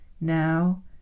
now